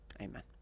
amen